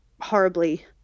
horribly